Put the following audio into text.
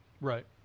Right